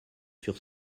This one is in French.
sur